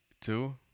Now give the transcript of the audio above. Two